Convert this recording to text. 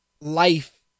life